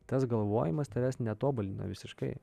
tas galvojimas tavęs netobulina visiškai